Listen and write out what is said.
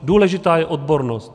Důležitá je odbornost.